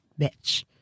bitch